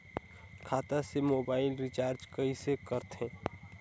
खाता से mobile recharge कइसे करथे